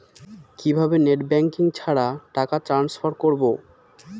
কিভাবে net banking ছাড়া টাকা ট্রান্সফার করবো?